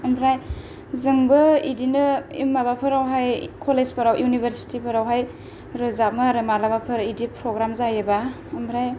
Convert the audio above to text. ओमफ्राय जोंबो इदिनो माबाफोरावहाय कलेजफोराव इउनिभारसिटीफोरावहाय रोजाबो आरो मालाबाफोर इदि प्रोग्राम जायोबा ओमफ्राय